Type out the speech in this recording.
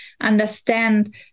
understand